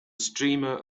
streamer